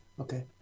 Okay